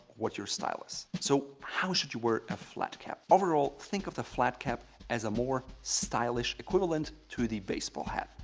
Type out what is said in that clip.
what your style is. so how should you wear a flat cap? overall, think of the flat cap as a more stylish equivalent to the baseball hat.